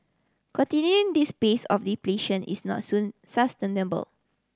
continuing this pace of depletion is not soon sustainable